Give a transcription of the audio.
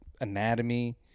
anatomy